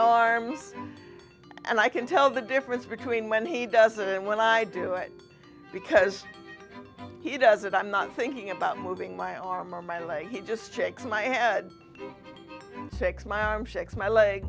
arms and i can tell the difference between when he does it and when i do it because he does it i'm not thinking about moving my arm or my leg he just shakes my head six my shakes my leg